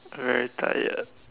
very tired